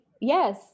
Yes